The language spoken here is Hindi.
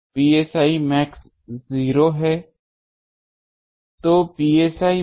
तो cos psi मैक्स 0 है तो psi मैक्स pi बाय 2 है